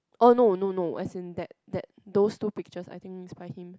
oh no no no as in that that those two pictures I think is by him